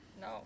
No